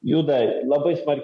juda labai smarkiai